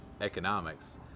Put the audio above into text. economics